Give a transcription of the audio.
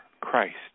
Christ